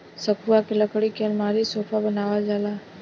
सखुआ के लकड़ी के अलमारी, सोफा बनावल जाला